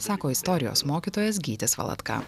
sako istorijos mokytojas gytis valatka